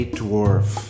dwarf